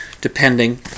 depending